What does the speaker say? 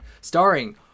Starring